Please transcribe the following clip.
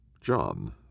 John